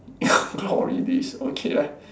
glory days okay lah